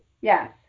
Yes